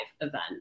event